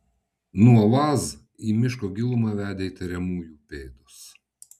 nuo vaz į miško gilumą vedė įtariamųjų pėdos